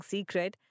Secret।